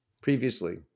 previously